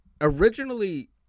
Originally